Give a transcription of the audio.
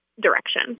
direction